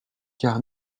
car